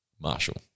Marshall